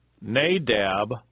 Nadab